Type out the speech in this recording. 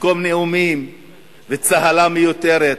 במקום נאומים וצהלה מיותרת,